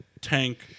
tank